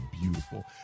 beautiful